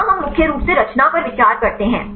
यहाँ हम मुख्य रूप से रचना पर विचार करते हैं